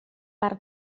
per